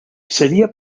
sería